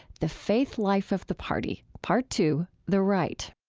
the faith life of the party part two the right.